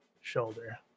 shoulder